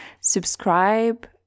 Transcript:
subscribe